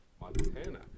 Montana